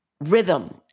rhythm